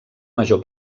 major